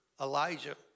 Elijah